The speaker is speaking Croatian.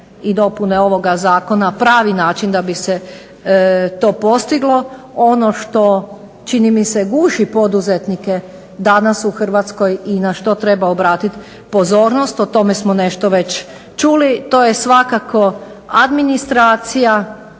i dopune ovoga zakona pravi način da bi se to postiglo. Ono što čini mi se guši poduzetnike danas u Hrvatskoj i na što treba obratiti pozornost o tome smo nešto već čuli. To je svakako administracija,